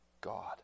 God